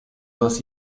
dos